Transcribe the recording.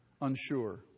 Unsure